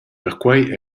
perquei